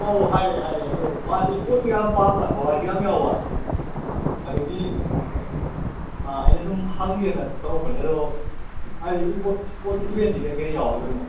ꯑꯣ ꯍꯥꯏꯔꯦ ꯍꯥꯏꯔꯦ ꯑꯗꯣ ꯃꯥꯁꯤ ꯏꯁꯄꯣꯠꯀꯤ ꯌꯥꯝ ꯄꯥꯝꯕ ꯊꯋꯥꯏꯁꯨ ꯌꯥꯎꯕ ꯑꯗꯨꯒꯤ ꯑꯩꯅ ꯁꯨꯝ ꯍꯪꯒꯦꯅ ꯇꯧꯔꯛꯄꯅꯦ ꯑꯗꯣ ꯍꯥꯏꯗꯤ ꯏꯁꯄꯣꯔꯠꯁꯀꯤ ꯏꯚꯦꯟꯁꯦ ꯀꯩꯀꯩ ꯌꯥꯎꯗꯣꯏꯅꯣ